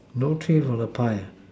no three for the pie ah